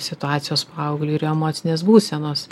situacijos paaugliui ir emocinės būsenos